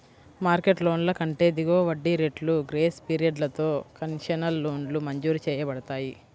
market లోన్ల కంటే దిగువ వడ్డీ రేట్లు, గ్రేస్ పీరియడ్లతో కన్సెషనల్ లోన్లు మంజూరు చేయబడతాయి